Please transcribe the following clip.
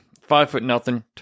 five-foot-nothing